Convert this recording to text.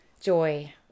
Joy